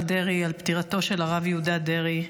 דרעי על פטירתו של הרב יהודה דרעי,